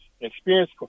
experience